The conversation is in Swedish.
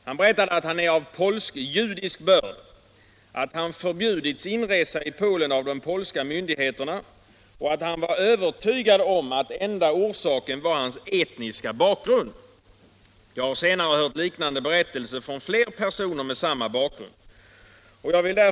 Han berättade att han är av polskjudisk börd, att han förbjudits inresa i Polen av de polska myndigheterna och att han var övertygad om att enda orsaken var hans etniska bakgrund. Jag har senare hört liknande berättelser från flera personer med samma bakgrund.